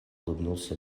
улыбнулся